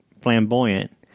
Flamboyant